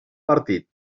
partit